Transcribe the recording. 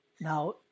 Now